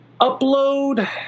Upload